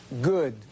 good